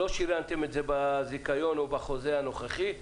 לא שילבתם את זה בזיכיון או בחוזה הנוכחי,